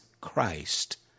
Christ